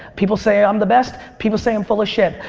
people say i'm the best, people say i'm full of shit.